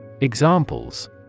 Examples